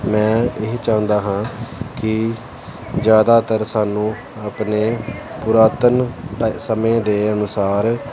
ਮੈਂ ਇਹੀ ਚਾਹੁੰਦਾ ਹਾਂ ਕਿ ਜ਼ਿਆਦਾਤਰ ਸਾਨੂੰ ਆਪਣੇ ਪੁਰਾਤਨ ਸਮੇਂ ਦੇ ਅਨੁਸਾਰ